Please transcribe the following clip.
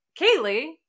Kaylee